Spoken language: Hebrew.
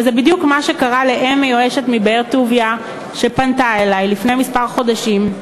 וזה בדיוק מה שקרה לאם מיואשת מבאר-טוביה שפנתה אלי לפני כמה חודשים.